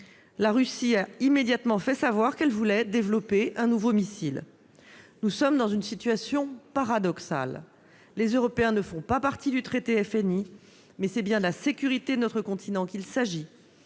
La Russie a immédiatement fait savoir qu'elle voulait développer un nouveau missile. Nous sommes dans une situation paradoxale. Les Européens ne font pas partie du traité FNI, mais c'est bien de la sécurité de notre continent qu'il s'agit.